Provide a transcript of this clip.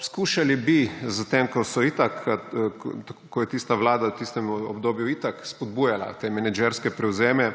Skušali bi s tem, ko je tista vlada v tistem obdobju itak spodbujala te menedžerske prevzeme,